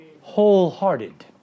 Wholehearted